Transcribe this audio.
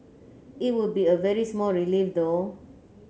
it would be a very small relief though